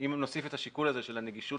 אם נוסיף את השיקול הזה של הנגישות